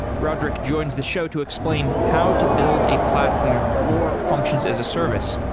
rodric joins the show to explain how to build a platform for functions as a service,